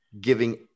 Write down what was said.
giving